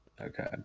okay